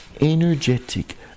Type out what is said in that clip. energetic